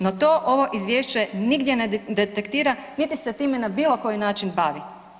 No to ovo izvješće nigdje ne detektira, niti se time na bilo koji način bavi.